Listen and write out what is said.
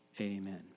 Amen